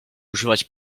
używać